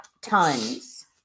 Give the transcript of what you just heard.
Tons